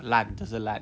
烂就是烂